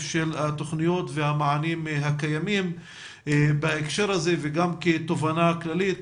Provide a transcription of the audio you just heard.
של התוכניות והמענים הקיימים בהקשר הזה וגם כתובנה כללית.